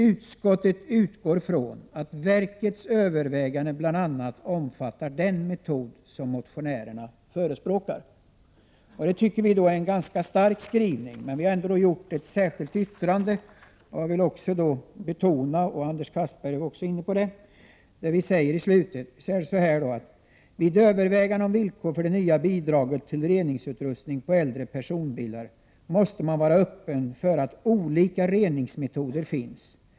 Utskottet utgår från att verkets överväganden bl.a. omfattar den metod som motionärerna förespråkar.” Detta anser vi vara en ganska stark skrivning, men vi har ändå avgivit ett särskilt yttrande, där jag vill betona det som sägs i slutet: ”Vid övervägandena om villkor för det nya bidraget till reningsutrustning på äldre personbilar måste man vara öppen för att olika reningsmetoder finns.